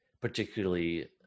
particularly